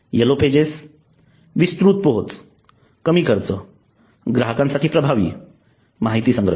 yellow pages विस्तृत पोहच कमी खर्च ग्राहकांसाठी प्रभावी माहितीसंग्रह